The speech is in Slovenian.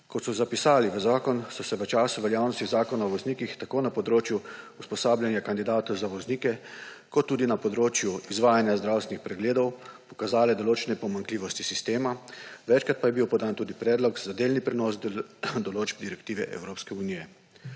Kot so zapisali v zakonu, so se v času veljavnosti Zakona o voznikih tako na področju usposabljanja kandidatov za voznike kot tudi na področju izvajanja zdravstvenih pregledov pokazale določene pomanjkljivosti sistema, večkrat pa je bil podan tudi predlog za delni prenos določb direktive Evropske unije.